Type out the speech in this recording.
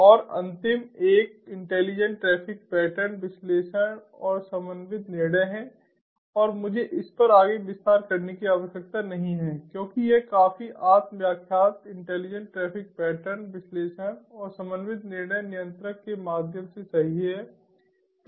और अंतिम एक इंटेलीजेंट ट्रैफिक पैटर्न विश्लेषण और समन्वित निर्णय है और मुझे इस पर आगे विस्तार करने की आवश्यकता नहीं है क्योंकि यह काफी आत्म व्याख्यात्मक इंटेलीजेंट ट्रैफिक पैटर्न विश्लेषण और समन्वित निर्णय नियंत्रक के माध्यम से सही है